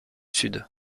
sud